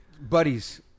buddies